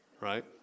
right